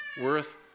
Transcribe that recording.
worth